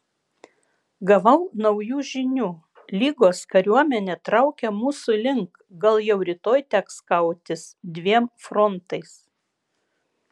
gavau naujų žinių lygos kariuomenė traukia mūsų link gal jau rytoj teks kautis dviem frontais